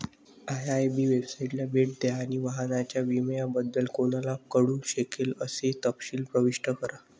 IIB वेबसाइटला भेट द्या आणि वाहनाच्या विम्याबद्दल कोणाला कळू शकेल असे तपशील प्रविष्ट करा